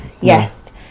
Yes